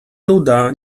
nuda